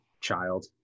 child